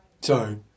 Sorry